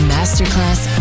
Masterclass